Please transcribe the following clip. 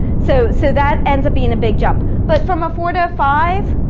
so so that ends up being a big jump, but from a four to five,